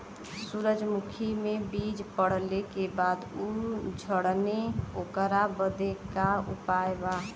सुरजमुखी मे बीज पड़ले के बाद ऊ झंडेन ओकरा बदे का उपाय बा?